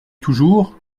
toujours